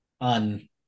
on